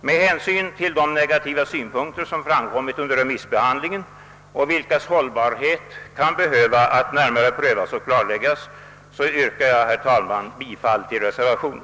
Med hänsyn till de negativa synpunkter, som framkommit under remissbehandlingen och vilkas hållbarhet behöver närmare prövas och klarläggas, yrkar jag bifall till reservationen.